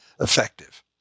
effective